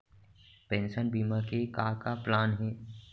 Pension बीमा के का का प्लान हे?